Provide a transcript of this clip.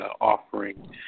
offering